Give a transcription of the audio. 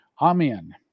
Amen